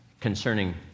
concerning